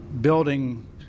building